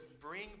bring